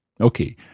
Okay